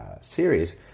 series